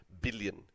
billion